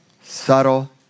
subtle